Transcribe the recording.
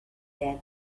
began